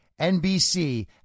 NBC